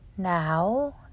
now